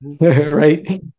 right